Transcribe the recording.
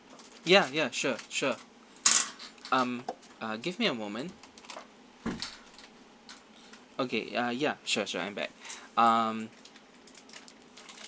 ya ya sure sure um uh give me a moment okay ah ya sure sure I'm back um